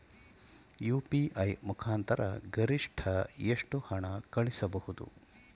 UPI ಮುಖಾಂತರ ಗರಿಷ್ಠ ಎಷ್ಟು ಹಣ ಕಳಿಸಬಹುದು?